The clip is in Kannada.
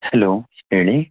ಹಲೋ ಹೇಳಿ